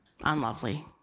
unlovely